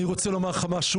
אני רוצה לומר לך משהו,